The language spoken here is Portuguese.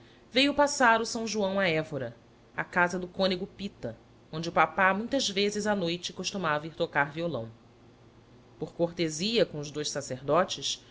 velo passar o são joão a évora a casa do cônego pita onde o papá muitas vezes a noite costumava ir tocar violão por cortesia com os dous sacerdotes